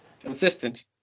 Consistent